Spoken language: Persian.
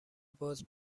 باز